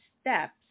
steps